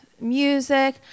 music